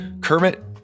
Kermit